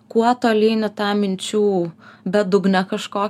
kuo tolyn į tą minčių bedugnę kažko